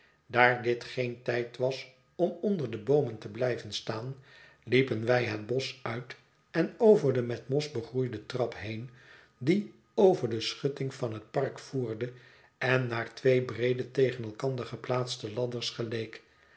daar dit geen tijd was om onder de boomen te blijven staan liepen wij het bosch uit en over de met mos begroeide trap heen die over de schutting van het park voerde en naar twee breede tegen elkander geplaatste ladders geleek